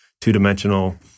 two-dimensional